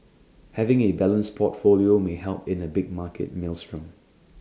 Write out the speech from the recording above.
having A balanced portfolio may help in A big market maelstrom